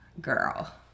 girl